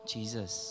Jesus